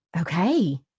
Okay